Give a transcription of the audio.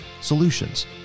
solutions